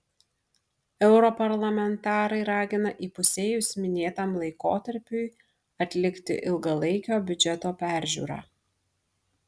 europarlamentarai ragina įpusėjus minėtam laikotarpiui atlikti ilgalaikio biudžeto peržiūrą